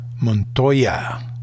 Montoya